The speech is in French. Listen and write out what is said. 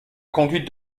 conduite